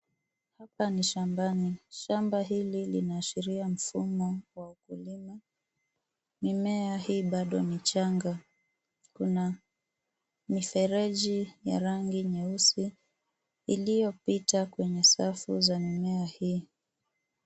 Hapa ni shambani. Shamba hili linaashiria mfumo wa ukulima. Mimea hii bado ni changa. Kuna mifereji ya rangi nyeusi ilio pita kwenye safu za mimea hii.